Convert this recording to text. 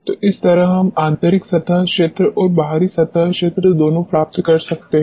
तो इस तरह हम आंतरिक सतह क्षेत्र और बाहरी सतह क्षेत्र दोनों प्राप्त कर सकते हैं